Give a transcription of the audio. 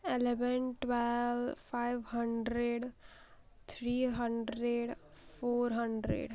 eleven twelve five hundred three hundred four hundred